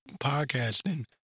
podcasting